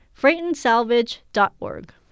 freightandsalvage.org